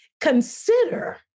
consider